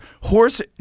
horse